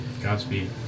Godspeed